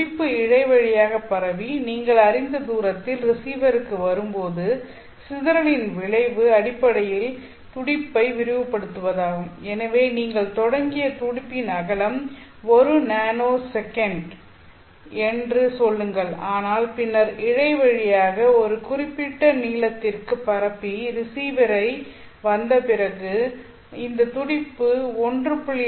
துடிப்பு இழை வழியாக பரவி நீங்கள் அறிந்த தூரத்தில் ரிசீவருக்கு வரும்போது சிதறலின் விளைவு அடிப்படையில் துடிப்பை விரிவுபடுத்துவதாகும் எனவே நீங்கள் தொடங்கிய துடிப்பின் அகலம் 1 நானோ விநாடி என்று சொல்லுங்கள் ஆனால் பின்னர் இழை வழியாக ஒரு குறிப்பிட்ட நீளத்திற்கு பரப்பி ரிசீவரை வந்த பிறகு இந்த துடிப்பு 1